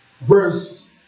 Verse